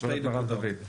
מרב דוד.